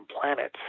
planets